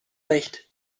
recht